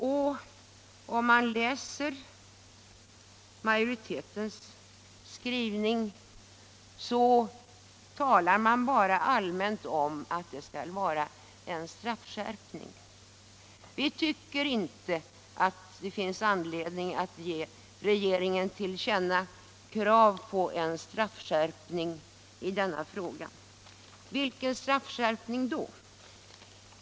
Läser man majoritetens skrivning finner man att det bara allmänt talas om att det bör bli en straffskärpning, men vi tycker inte att det finns anledning att ge regeringen till känna krav på en straffskärpning i denna fråga. Vilken straffskärpning skulle det i så fall bli?